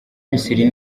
misiri